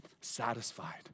satisfied